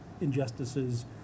injustices